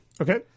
Okay